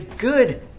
good